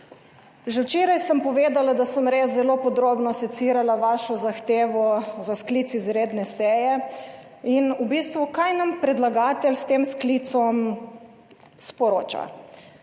Že včeraj sem povedala, da sem res zelo podrobno secirala vašo zahtevo za sklic izredne seje. In v bistvu kaj nam predlagatelj s tem sklicem sporoča?